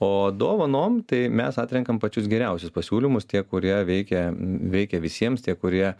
o dovanom tai mes atrenkam pačius geriausius pasiūlymus tie kurie veikia veikia visiems tie kurie